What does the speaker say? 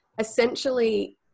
essentially